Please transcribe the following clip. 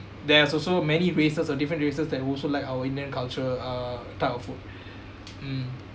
there's also many races or different races that also like our indian culture uh type of food mm